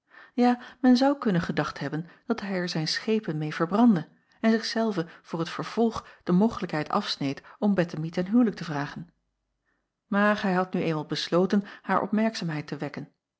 ja men zou kunnen gedacht hebben dat hij er zijn schepen meê verbrandde en zich zelven voor t vervolg de mogelijkheid afsneed om ettemie ten huwelijk te vragen maar hij had nu eenmaal besloten haar opmerkzaamheid te wekken